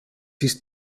ist